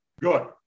Good